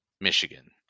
Michigan